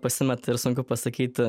pasimeta ir sunku pasakyti